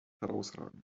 herausragend